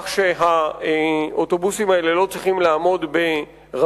כך שהאוטובוסים האלה לא צריכים לעמוד ברמזורים,